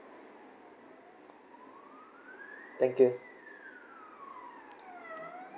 thank you